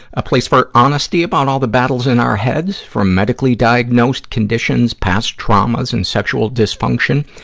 a place for honesty about all the battles in our heads, from medically-diagnosed conditions, past traumas and sexual dysfunction,